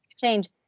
change